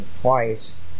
twice